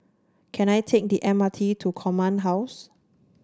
can I take the M R T to Command House